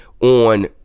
on